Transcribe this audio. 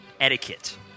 Etiquette